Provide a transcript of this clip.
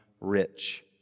rich